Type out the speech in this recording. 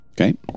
Okay